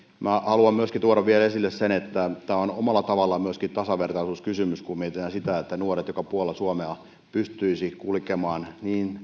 minä haluan myöskin tuoda vielä esille sen että tämä on omalla tavallaan myöskin tasavertaisuuskysymys kun mietitään sitä että nuoret joka puolella suomea pystyisivät kulkemaan